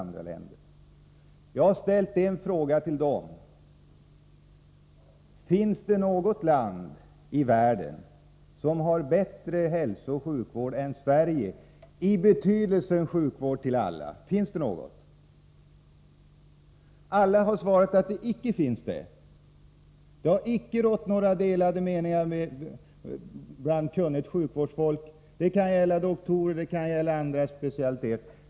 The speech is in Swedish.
En fråga har | jag ställt till dem: Finns det något land i världen som har bättre hälsooch | sjukvård än Sverige, i betydelsen sjukvård till alla? Alla har svarat att det icke finns det. Kunnigt folk inom sjukvården — doktorer, specialister etc. — har icke haft några delade meningar om den saken.